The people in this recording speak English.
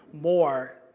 more